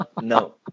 no